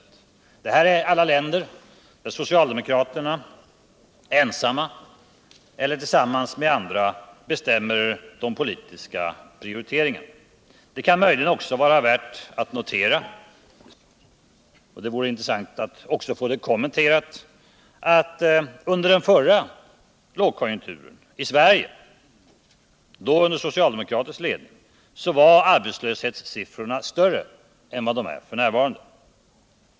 Alla dessa är länder där socialdemokraterna ensamma eller tillsammans med andra bestämmer de politiska prioriteringarna. Det kan möjligen också vara värt att notera, och det vore intressant att få det kommenterat, att under den förra lågkonjunkturen i Sverige — då under socialdemokratisk ledning — var arbetslöshetssiffrorna större än de är f. n.